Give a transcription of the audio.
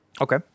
Okay